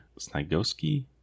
Snigowski